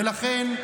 ולכן,